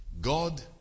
God